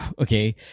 okay